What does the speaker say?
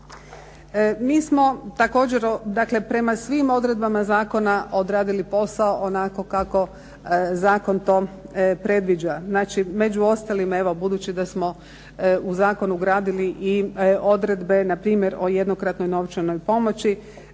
Mi smo također, dakle prema svim odredbama zakona odradili posao onako kako zakon to predviđa. Znači, među ostalima evo budući da smo u zakon ugradili i odredbe na primjer o jednokratnoj novčanoj pomoći